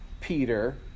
Peter